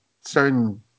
certain